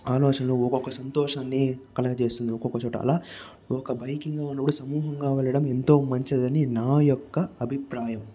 ఆలోచనలు ఒక్కొక్క సంతోషాన్ని కలగజేస్తుంది ఒక్కొక్కచోట అలా ఒక బైకింగ్ గా ఉన్నప్పుడు సమూహంగా వెళ్లడం ఎంతో మంచిదని నా యొక్క అభిప్రాయం